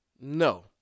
No